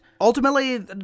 ultimately